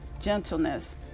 gentleness